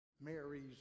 Mary's